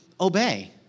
obey